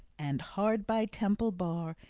and hard by temple bar,